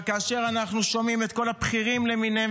כאשר אנחנו שומעים את כל הבכירים למיניהם